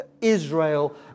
Israel